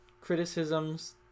criticisms